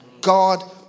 God